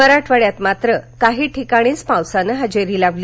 मराठवाड्यात मात्र काही ठिकाणीच पावसानं हजेरी लावली